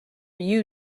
you